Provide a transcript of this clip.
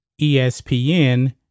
ESPN